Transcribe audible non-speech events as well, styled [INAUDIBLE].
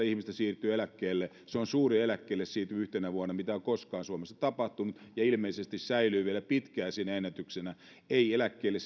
[UNINTELLIGIBLE] ihmistä siirtyi eläkkeelle se on suurin eläkkeelle siirtyminen yhtenä vuonna mitä suomessa on koskaan tapahtunut ja ilmeisesti säilyy vielä pitkään siinä ennätyksenä ei eläkkeelle [UNINTELLIGIBLE]